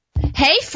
Hey